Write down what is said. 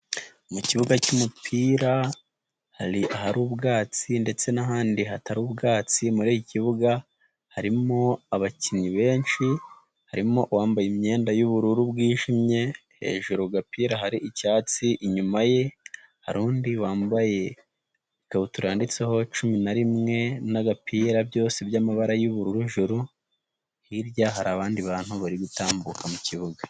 Mu kibuga cy'umupira hari ahari ubwatsi ndetse nta handi hatari ubwatsi muri iki kibuga harimo abakinnyi benshi, harimo uwambaye imyenda y'ubururu bwijimye hejuru agapira, hari ibyatsi inyuma ye hari undi wambaye ikabutura yanditseho cumi na rimwe n'agapira byose by'amabara y'ubururu ijuru hirya hari abandi bantu bari gutambuka mu kibuga.